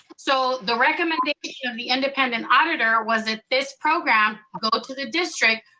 so the recommendation of the independent auditor was that this program go to the district,